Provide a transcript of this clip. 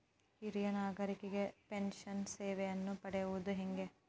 ಹಿರಿಯ ನಾಗರಿಕರಿಗೆ ಪೆನ್ಷನ್ ಸೇವೆಯನ್ನು ಪಡೆಯುವುದು ಹೇಗೆ?